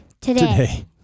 today